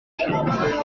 chez